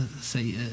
say